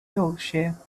yorkshire